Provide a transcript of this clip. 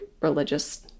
religious